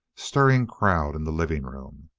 stirring crowd in the living room.